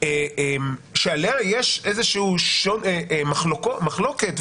שעליה יש מחלוקת,